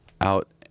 out